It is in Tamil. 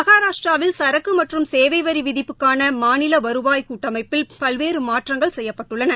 மகாராஷ்டிராவில் சரக்கு மற்றும் சேவை வரி விதிப்புக்கான மாநில வருவாய் கட்டமைப்பில் பல்வேறு மாற்றங்கள் செய்யப்பட்டுள்ளன